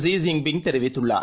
ஜிஜின்பிங்தெரிவித்துள்ளார்